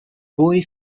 boy